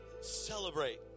celebrate